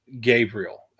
Gabriel